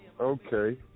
Okay